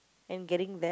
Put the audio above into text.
and getting there